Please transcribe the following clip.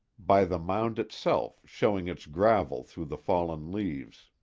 by the mound itself showing its gravel through the fallen leaves.